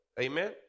Amen